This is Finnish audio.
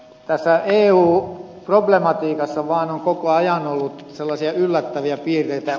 tässä eu problematiikassa vaan on koko ajan ollut sellaisia yllättäviä piirteitä